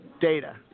data